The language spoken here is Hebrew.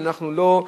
שאנחנו לא,